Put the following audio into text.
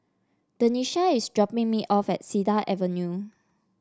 Denisha is dropping me off at Cedar Avenue